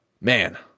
man